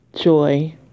joy